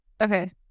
Okay